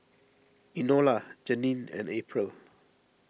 Enola Janeen and April